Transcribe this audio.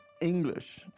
English